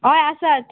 हय आसात